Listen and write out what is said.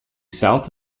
south